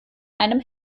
einem